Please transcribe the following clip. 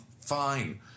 Fine